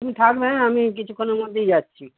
তুমি থাকবে হ্যাঁ আমি কিছুক্ষণের মধ্যেই যাচ্ছি